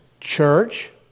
Church